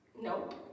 Nope